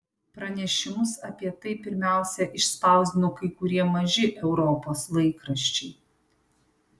pranešimus apie tai pirmiausia išspausdino kai kurie maži europos laikraščiai